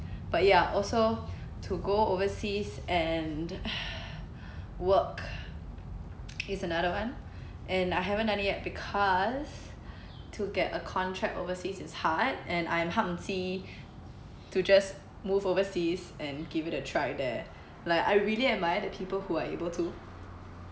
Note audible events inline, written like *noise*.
but ya also to go overseas and *breath* work is another one and I haven't done it yet because to get a contract overseas is hard and I'm hum chi to just move overseas and give it a try there like I really admire the people who are able to